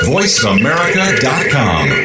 VoiceAmerica.com